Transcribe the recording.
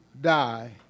die